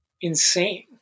insane